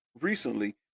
recently